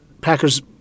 Packers